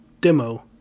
demo